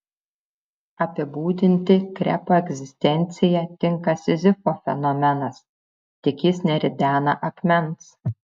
apibūdinti krepo egzistenciją tinka sizifo fenomenas tik jis neridena akmens